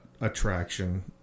attraction